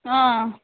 आं